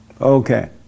Okay